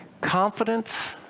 Confidence